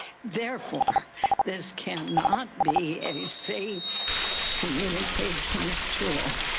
therefore there's cannot be any safe communications tool.